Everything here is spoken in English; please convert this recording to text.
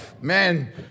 Man